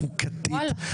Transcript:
חוקתית.